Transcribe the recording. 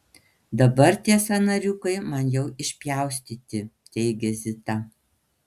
dabar tie sąnariukai man jau išpjaustyti teigia zita